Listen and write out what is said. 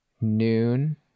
noon